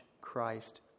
Christ